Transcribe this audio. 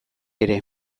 ere